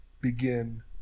begin